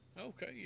okay